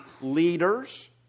leaders